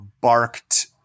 barked